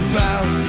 found